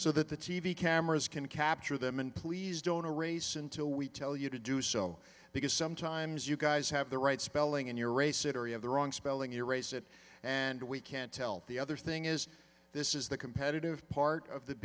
so that the t v cameras can capture them and please don't a race until we tell you to do so because sometimes you guys have the right spelling and you're a sitter you have the wrong spelling erase it and we can't tell the other thing is this is the competitive part of the